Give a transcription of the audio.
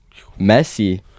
Messi